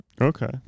Okay